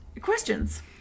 Questions